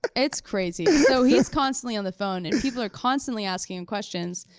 it's crazy. so he's constantly on the phone, and people are constantly asking him questions,